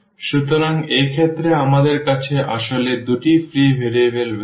সুতরাং এক্ষেত্রে আমাদের কাছে আসলে দুটি ফ্রি ভেরিয়েবল রয়েছে